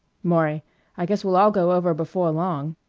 maury i guess we'll all go over before long.